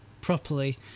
properly